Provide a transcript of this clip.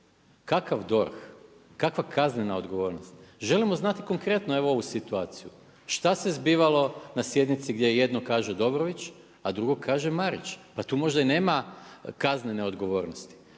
Kakav DORH, kakva kaznena odgovornost. Želimo znati konkretno evo ovu situaciju. Što se zbivalo na sjednici, gdje jedno kaže Dobrović, a drugo kaže Marić? Pa tu možda i nema kaznene odgovornosti,